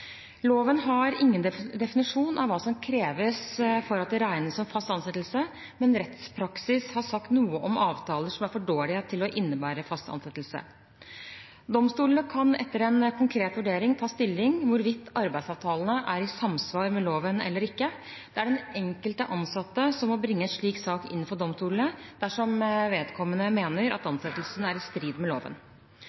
Loven har ingen definisjon av hva som kreves for at det regnes som fast ansettelse, men rettspraksis har sagt noe om avtaler som er for dårlige til å innebære fast ansettelse. Domstolene kan etter en konkret vurdering ta stilling til hvorvidt arbeidsavtalene er i samsvar med loven eller ikke. Det er den enkelte ansatte som må bringe en slik sak inn for domstolene dersom vedkommende mener at